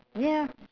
ya